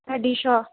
ਤੁਹਾਡੀ ਸ਼ੋ